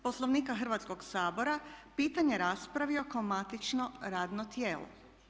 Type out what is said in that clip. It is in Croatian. Poslovnika Hrvatskog sabora pitanje raspravio kao matično radno tijelo.